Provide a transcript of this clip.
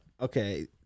Okay